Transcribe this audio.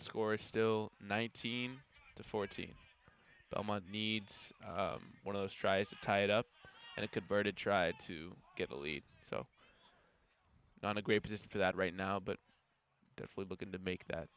score still nineteen to fourteen needs one of those tries to tie it up and it could bear to try to get a lead so not a great position for that right now but if we're looking to make that